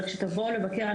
אבל כשתבואו לבקר,